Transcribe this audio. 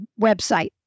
website